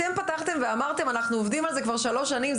אתם פתחתם ואמרתם: אנחנו עובדים על זה כבר שלוש שנים,